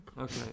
Okay